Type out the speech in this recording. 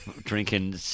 drinking